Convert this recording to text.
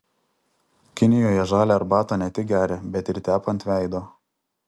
kinijoje žalią arbatą ne tik geria bet ir tepa ant veido